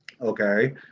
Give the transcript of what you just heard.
okay